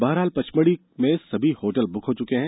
बहरहाल पचमढ़ी में सभी होटलें बुक हो चुकी हैं